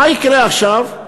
מה יקרה עכשיו?